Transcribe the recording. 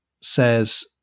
says